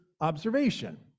observation